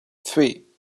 three